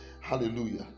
Hallelujah